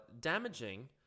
damaging